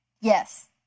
Yes